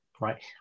right